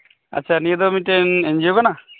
ᱟᱪᱷᱟ ᱱᱤᱭᱟᱹ ᱫᱚ ᱢᱤᱫᱴᱮᱱ ᱮᱱᱡᱤᱭᱚ ᱠᱟᱱᱟ